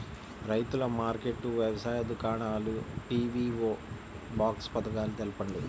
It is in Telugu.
రైతుల మార్కెట్లు, వ్యవసాయ దుకాణాలు, పీ.వీ.ఓ బాక్స్ పథకాలు తెలుపండి?